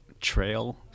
Trail